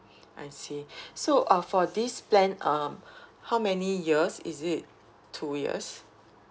I see so uh for this plan um how many years is it two years